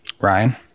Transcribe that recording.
Ryan